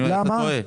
למה?